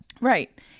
Right